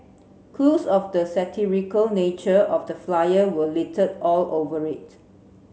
clues of the satirical nature of the flyer were littered all over it